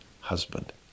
husband